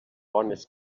bones